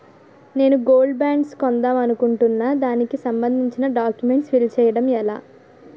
నేను gold bonds కొందాం అనుకుంటున్నా దానికి సంబందించిన డాక్యుమెంట్స్ ఫిల్ చేయడం ఎలా?